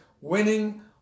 Winning